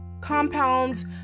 compounds